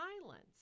silence